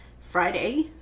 Friday